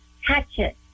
Hatchet